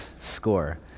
score